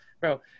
Bro